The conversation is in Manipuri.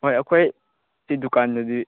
ꯍꯣꯏ ꯑꯩꯈꯣꯏ ꯁꯤ ꯗꯨꯀꯥꯟꯗꯗꯤ